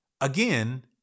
again